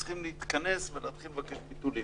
צריכים להתכנס ולהתחיל לבקש ביטולים,